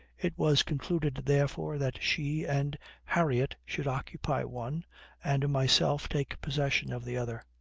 it was concluded, therefore, that she and harriot should occupy one and myself take possession of the other.